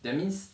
that means